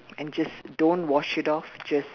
and just don't wash it off just